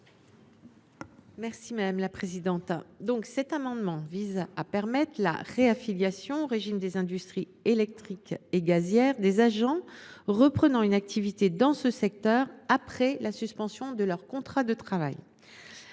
l’avis de la commission ? Cet amendement vise à permettre la réaffiliation au régime des industries électriques et gazières des agents reprenant une activité dans ce secteur après la suspension de leur contrat de travail.